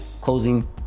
closing